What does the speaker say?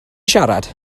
siarad